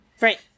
Right